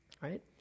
right